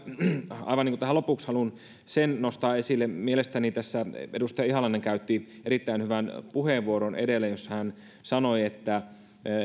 aivan tähän lopuksi haluan sen nostaa esille että mielestäni tässä edustaja ihalainen käytti edellä erittäin hyvän puheenvuoron jossa hän sanoi että